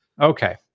Okay